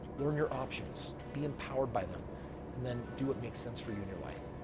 learn your options, be empowered by them and then do what makes sense for you in your life.